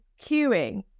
queuing